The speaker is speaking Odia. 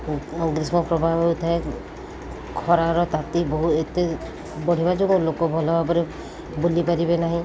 ଗ୍ରୀଷ୍ମ ପ୍ରବାହ ହେଉଥାଏ ଖରାର ତାତି ବହୁ ଏତେ ବଢ଼ିବା ଯୋଗୁଁ ଲୋକ ଭଲ ଭାବରେ ବୁଲିପାରିବେ ନାହିଁ